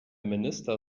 minister